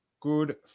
Good